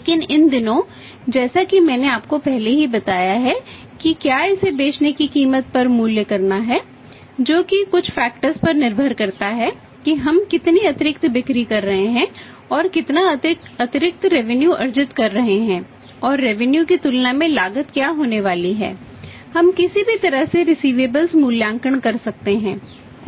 लेकिन इन दिनों जैसा कि मैंने आपको पहले ही बताया है कि क्या इसे बेचने की कीमत पर मूल्य करना है जो कि कुछ फैक्टर्स मूल्यांकन कर सकते हैं